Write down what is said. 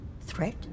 Threat